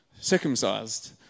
circumcised